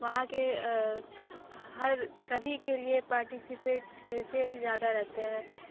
वहाँ के हर सभी के लिए पार्टिसिपेट एसियन ज़्यादा रहते हैं